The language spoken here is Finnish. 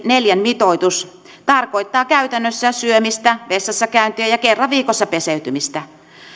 neljän mitoitus tarkoittaa käytännössä syömistä vessassa käyntiä ja kerran viikossa peseytymistä